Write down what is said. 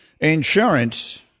Insurance